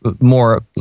more